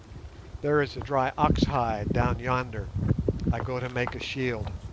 there is a dry ox-hide down yonder i go to make a shield